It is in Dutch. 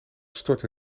stortte